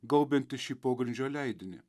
gaubianti šį pogrindžio leidinį